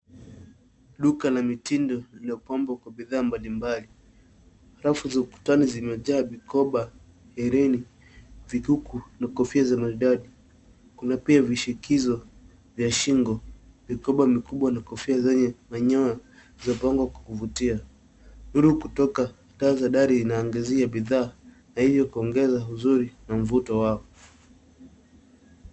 Duka la mitindo lilopambwa kwa bidhaa mbalimbali. Rafu za ukutani zimejaa vikoba, hereni, vikuku, na kofia za madoido. Kuna pia vishikizo vya shingo, vikoba vikubwa na kofia zenye manyoya zilizopangwa kwa kuvutia. Nuru kutoka taa za dari inaangazia bidhaa na hivyo kuongeza uzuri na mvuto wao.